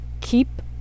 keep